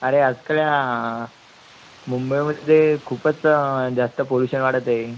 अरे आज काल मुंबईमध्ये खूपच जास्त पोल्युशन वाढत आहे